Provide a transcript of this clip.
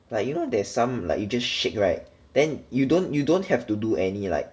like you know there's some like you just shake right then you don't you don't have to do any like